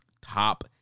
top